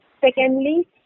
secondly